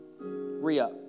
re-up